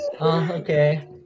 Okay